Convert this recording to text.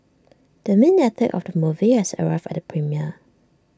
the main actor of the movie has arrived at the premiere